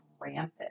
rampant